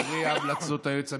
אחרי ההמלצות היועץ המשפטי,